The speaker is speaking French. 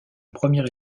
première